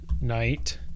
Night